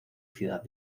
ciudad